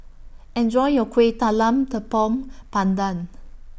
Enjoy your Kueh Talam Tepong Pandan